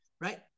Right